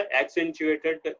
accentuated